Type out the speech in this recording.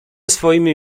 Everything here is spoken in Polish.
swoimi